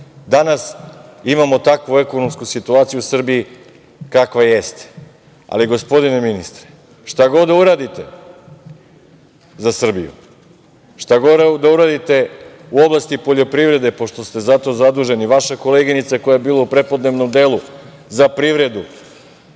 danas imamo takvu ekonomsku situaciju u Srbiji kakva jeste. Ali, gospodine ministre, šta god da uradite za Srbiju, šta god da uradite u oblasti poljoprivrede, pošto ste za to zaduženi, vaša koleginica koja je bila u prepodnevnom delu za privredu,